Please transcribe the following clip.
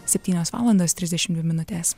septynios valandos trisdešimt dvi minutės